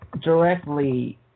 directly